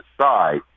side